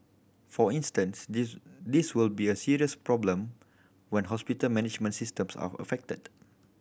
for instance this this will be a serious problem when hospital management systems are affected